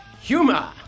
humor